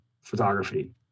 photography